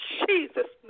jesus